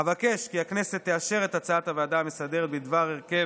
אבקש כי הכנסת תאשר את הצעת הוועדה המסדרת בדבר הרכב,